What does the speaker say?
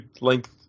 length